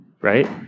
right